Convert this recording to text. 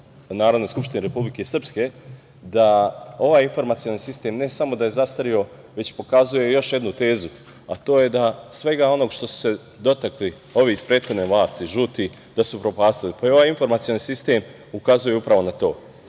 Narodnu skupštinu Republike Srpske, da ovaj informacioni sistem ne samo da je zastareo, već pokazuje još jednu tezu, a to je da svega onog što su se dotakli ovi iz prethodne vlasti, žuti, da su upropastili. Pa i ovaj informacioni sistem ukazuje upravo na to. Ja